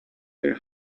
their